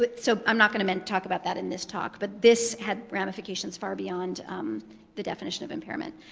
but so, i'm not going and to talk about that in this talk, but this had ramifications far beyond the definition of impairment.